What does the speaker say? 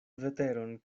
veteron